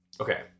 okay